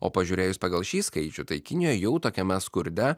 o pažiūrėjus pagal šį skaičių tai kinija jau tokiame skurde